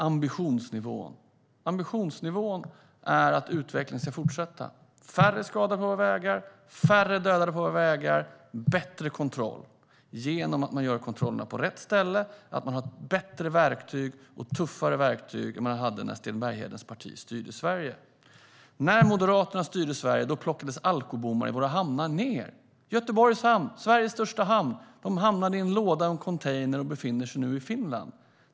Ambitionsnivån är att utvecklingen ska fortsätta: färre skadade och dödade på våra vägar och bättre kontroll genom att man gör kontrollerna på rätt ställe och har bättre och tuffare verktyg än man hade när Sten Berghedens parti styrde Sverige. När Moderaterna styrde Sverige plockades alkobommarna i våra hamnar ned. I Göteborgs hamn - Sveriges största hamn - hamnade de i en låda i en container, och nu befinner de sig i Finland.